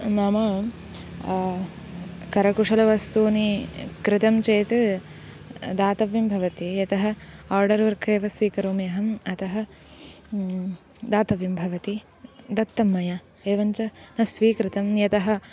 नाम करकुशलवस्तूनि कृतं चेत् दातव्यं भवति यतः ओर्डर् वर्क् एव स्वीकरोमि अहम् अतः दातव्यं भवति दत्तं मया एवञ्च न स्वीकृतं यतः